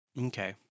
Okay